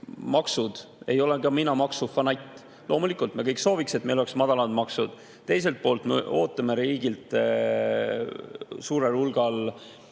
maksud? Ei ole ka mina maksufanatt. Loomulikult, me kõik sooviksime, et meil oleks madalad maksud. Teiselt poolt me ootame riigilt suurel hulgal